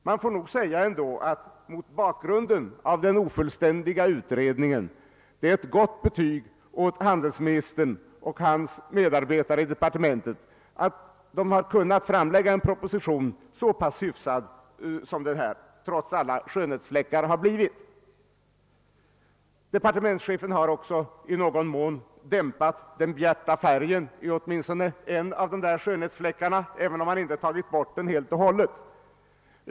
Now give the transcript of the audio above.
Man får nog säga att det, mot bakgrunden av den ofullständiga utredningen, måste bli ett gott betyg åt handelsministern och hans medarbetare inom departementet då de kunnat framlägga en proposition som, trots alla skönhetsfläckar, är så pass bra. Departementschefen har också i någon mån dämpat den bjärta färgen i åtminstone en av dessa skönhetsfläckar, även om han inte tagit bort den helt och hållet.